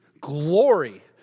glory